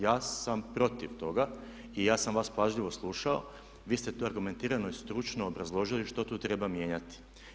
Ja sam protiv toga i ja sam vas pažljivo slušao, vi ste tu argumentirano i stručno obrazložili što tu treba mijenjati.